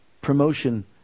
promotion